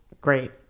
great